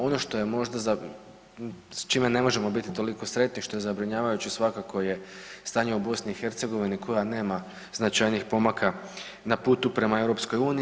Ono što je možda za, sa čime ne možemo biti toliko sretni što je zabrinjavajuće svakako je stanje u BiH koja nema značajnijih pomaka na putu prema EU.